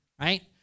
right